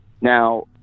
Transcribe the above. Now